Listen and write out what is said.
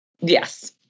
Yes